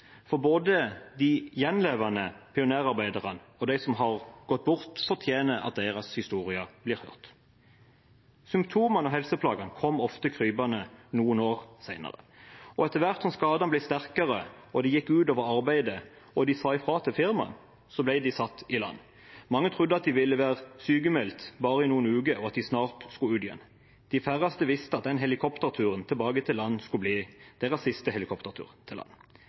for både de gjenlevende pionerarbeiderne og de som har gått bort, fortjener at deres historier blir hørt. Symptomene og helseplagene kom ofte krypende noen år senere, og etter hvert som skadene ble sterkere, det gikk ut over arbeidet og de sa ifra til firmaet, så ble de satt i land. Mange trodde at de ville være sykmeldt bare i noen uker, og at de snart skulle ut igjen. De færreste visste at den helikopterturen tilbake til land skulle bli deres siste helikoptertur til land.